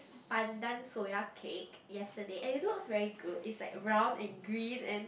pandan soya cake yesterday and it looks very good it's like round and green and